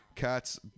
Cats